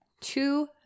Two